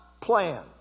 plan